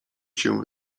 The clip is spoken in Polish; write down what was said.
się